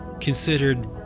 considered